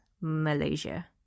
Malaysia